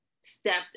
steps